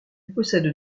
possède